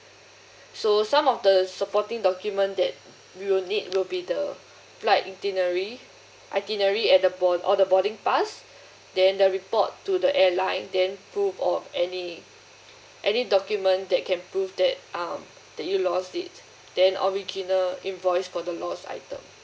so some of the supporting document that we will need will be the flight itinerary itinerary or the board or the boarding pass then the report to the airline then prove or any any document that can prove that um that you lost it then original invoice for the lost item